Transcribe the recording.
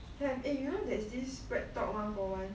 have eh you know that's this BreadTalk one for one